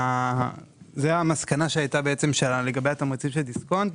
זאת המסקנה שעלתה לגבי התמריצים של דיסקונט.